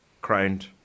Crowned